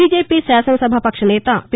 BJP శాసనసభా పక్ష నేత పి